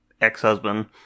ex-husband